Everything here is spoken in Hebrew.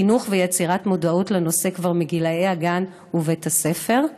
חינוך ויצירת מודעות לנושא כבר מגיל הגן ובית הספר.